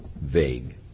vague